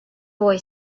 boy